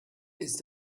ist